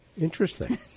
Interesting